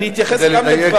גם זה נכון.